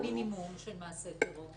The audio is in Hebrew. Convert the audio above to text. אז תסבירי לנו מה המינימום של מעשה טרור?